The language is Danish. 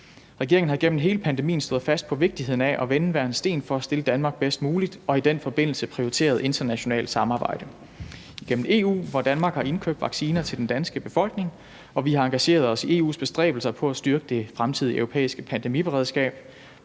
Regeringen havde gennem hele pandemien stået fast på vigtigheden af at vende hver en sten for at stille Danmark bedst muligt og havde i den forbindelse prioriteret internationalt samarbejde gennem EU, hvor Danmark har indkøbt vacciner til den danske befolkning, og vi har engageret os i EU's bestræbelser på at styrke det fremtidige europæiske pandemiberedskab.